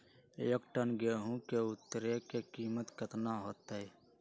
एक टन गेंहू के उतरे के कीमत कितना होतई?